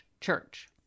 church